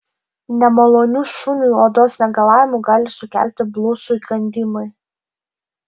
nemalonių šuniui odos negalavimų gali sukelti blusų įkandimai